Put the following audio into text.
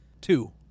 Two